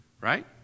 right